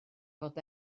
fod